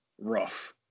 rough